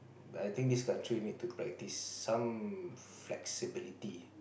I think this country need to practice some flexibility